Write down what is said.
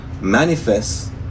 manifest